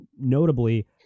notably